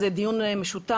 זהו דיון משותף